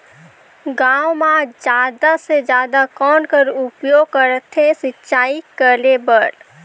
गांव म जादा से जादा कौन कर उपयोग करथे सिंचाई करे बर?